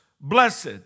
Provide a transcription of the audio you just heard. blessed